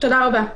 תודה רבה.